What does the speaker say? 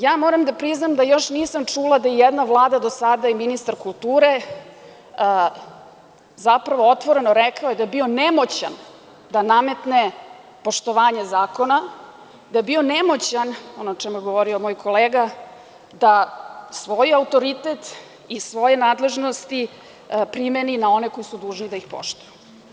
Ja moram da priznam da još nisam čula da je ijedna vlada do sada i ministar kulture, zapravo otvoreno rekao da je bio nemoćan da nametne poštovanje zakona, da je bio nemoćan, ono o čemu je govorio moj kolega, da svoj autoritet i svoje nadležnosti primeni na one koji su dužni da ih poštuju.